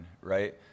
right